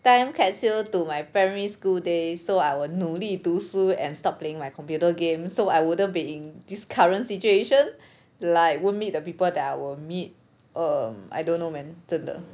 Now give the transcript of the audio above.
time capsule to my primary school days so I will 努力读书 and stop playing my computer games so I wouldn't be in this current situation like won't meet the people that would meet um I don't know man 真的